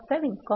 7 8